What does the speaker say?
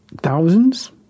thousands